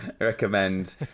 recommend